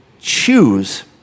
choose